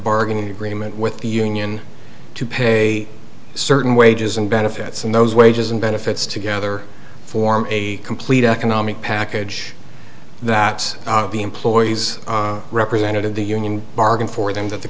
bargaining agreement with the union to pay certain wages and benefits and those wages and benefits together form a complete economic package that the employees are represented of the union bargain for them that the